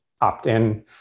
opt-in